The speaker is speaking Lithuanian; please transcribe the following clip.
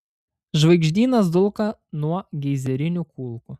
žvaigždynas dulka nuo geizerinių kulkų